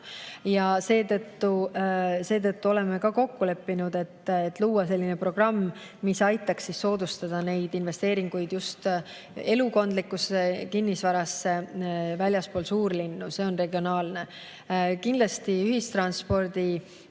Seetõttu oleme kokku leppinud luua selline programm, mis aitaks soodustada investeeringuid just elukondlikusse kinnisvarasse väljaspool suurlinnu, see on regionaalne. Kindlasti nõudepõhine ühistransport